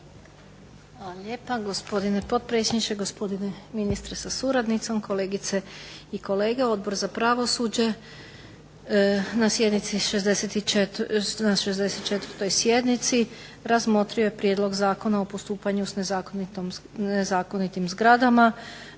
Hvala lijepa. Gospodine potpredsjedniče, gospodine ministre sa suradnicom, kolegice i kolege. Odbor za pravosuđe na 64. sjednici razmotrio je Prijedlog zakona o postupanju sa nezakonitim zgradama